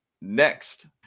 next